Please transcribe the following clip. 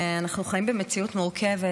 אנחנו חיים במציאות מורכבת,